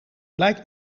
blijkt